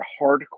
hardcore